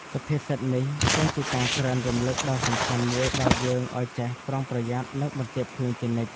សុភាសិតនេះក៏ជាការក្រើនរំលឹកដ៏សំខាន់មួយដល់យើងឱ្យចេះ ប្រុងប្រយ័ត្ន និង បន្ទាបខ្លួនជានិច្ច។